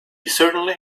certainly